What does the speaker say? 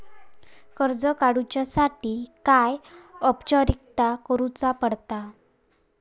कर्ज काडुच्यासाठी काय औपचारिकता करुचा पडता?